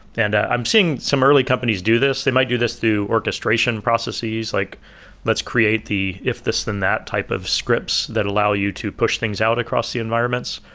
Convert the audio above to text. and i'm seeing some early companies do this. they might do this through orchestration processes, like let's create the if, this, and that type of scripts that allow you to push things out across the environments.